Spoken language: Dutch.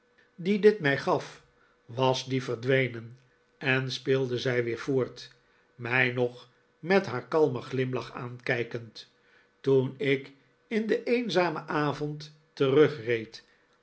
dien dit mij gaf was die verdwenen en speelde zij weer voort mij nog met haar kalmen glimlach aankijkend toen ik in den eenzamen avond terugreed